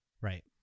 right